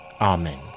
Amen